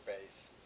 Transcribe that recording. base